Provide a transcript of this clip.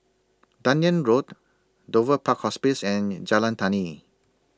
Dunearn Road Dover Park Hospice and Jalan Tani